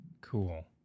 Cool